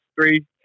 three